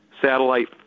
satellite